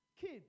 kid